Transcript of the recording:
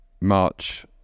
March